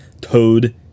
Toad